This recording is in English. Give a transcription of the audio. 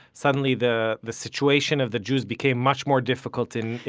suddenly the the situation of the jews became much more difficult in